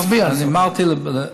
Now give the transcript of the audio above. נצביע על זה.